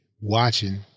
watching